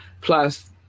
plus